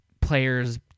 players